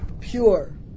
pure